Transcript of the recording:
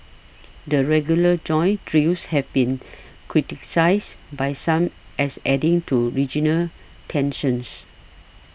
the regular joint drills have been criticised by some as adding to regional tensions